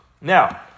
Now